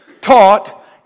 taught